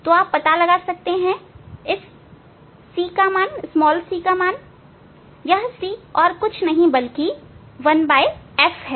तो आप पता लगा सकते हैं इस c का मान यह c और कुछ नहीं बल्कि 1f है